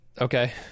Okay